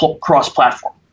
cross-platform